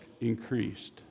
increased